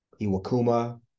Iwakuma